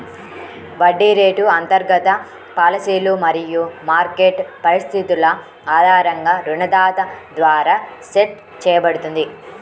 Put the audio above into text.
వడ్డీ రేటు అంతర్గత పాలసీలు మరియు మార్కెట్ పరిస్థితుల ఆధారంగా రుణదాత ద్వారా సెట్ చేయబడుతుంది